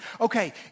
okay